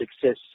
success